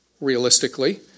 realistically